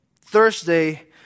Thursday